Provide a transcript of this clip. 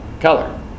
Color